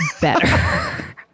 better